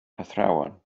athrawon